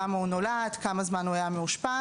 כמה הוא נולד וכמה זמן הוא היה מאושפז.